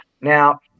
Now